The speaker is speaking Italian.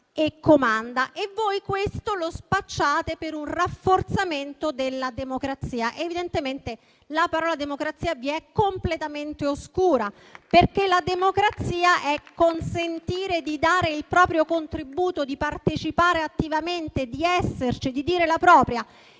E voi questo lo spacciate per un rafforzamento della democrazia. Evidentemente, la parola democrazia vi è completamente oscura, perché la democrazia è consentire di dare il proprio contributo, di partecipare attivamente, di esserci e di dire la propria.